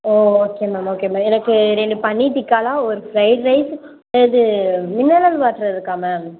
ஆ okay ma'am okay ma'am எனக்கு ரெண்டு பன்னீர் டிக்காலா ஒரு ஃப்ரைட் ரைஸ் இது மினரல் வாட்ரு இருக்கா மேம்